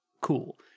cool